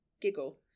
Giggle